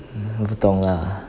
我不懂 lah